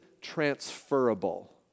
transferable